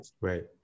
right